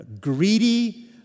greedy